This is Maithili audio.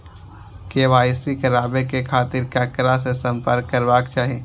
के.वाई.सी कराबे के खातिर ककरा से संपर्क करबाक चाही?